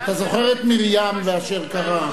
זוכר את מרים ואשר קרה.